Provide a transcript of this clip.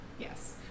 Yes